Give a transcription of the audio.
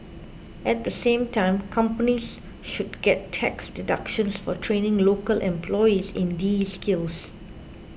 at the same time companies should get tax deductions for training local employees in these skills